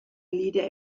leader